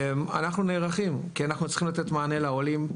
אנחנו נערכים, כי אנחנו צריכים לתת מענה לעולים.